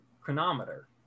chronometer